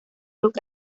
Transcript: las